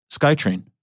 Skytrain